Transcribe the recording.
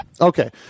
Okay